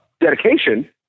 dedication